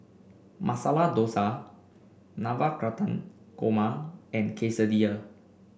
Masala Dosa Navratan Korma and Quesadilla